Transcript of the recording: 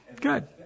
Good